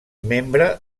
membre